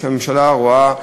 שהממשלה רואה,